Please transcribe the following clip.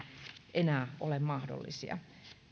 enää ole mahdollisia